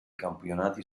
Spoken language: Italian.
campionati